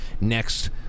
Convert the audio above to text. next